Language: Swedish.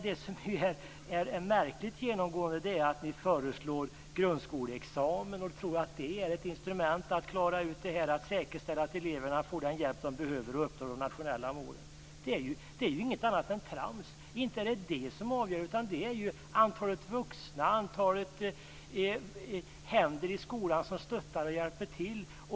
Det som är genomgående märkligt är att ni föreslår grundskoleexamen och att ni tror att det är en metod att säkerställa att eleverna får den hjälp som de behöver för att uppnå de nationella målen. Det är ju inget annat än trams. Inte är det detta som är avgörande utan det är arbetssättet och antalet vuxna i skolan som stöttar och hjälper till.